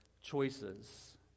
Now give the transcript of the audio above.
choices